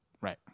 Right